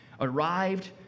arrived